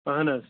اہَن حظ